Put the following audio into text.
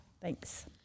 Thanks